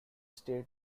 state